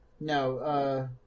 No